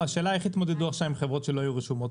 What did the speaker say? השאלה איך יתמודדו עכשיו עם חברות שלא היו רשומות.